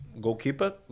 goalkeeper